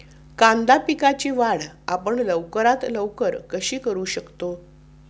कांदा पिकाची वाढ आपण लवकरात लवकर कशी करू शकतो?